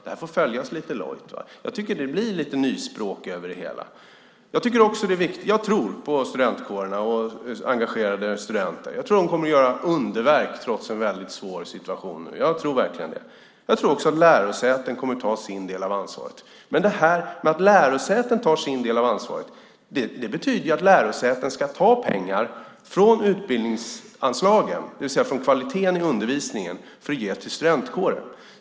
Det här får följas lite lojt. Jag tycker att det blir lite nyspråk över det hela. Jag tror på studentkårerna och engagerade studenter. Jag tror att de kommer att göra underverk trots en väldigt svår situation. Jag tror verkligen det. Jag tror också att lärosäten kommer att ta sin del av ansvaret. Men att lärosäten tar sin del av ansvaret betyder ju att lärosäten ska ta pengar från utbildningsanslagen, det vill säga från kvaliteten i undervisningen, för att ge till studentkårer.